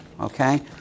okay